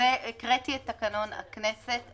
והקראתי את תקנון הכנסת,